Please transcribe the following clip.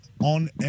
on